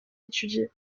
étudiés